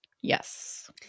Yes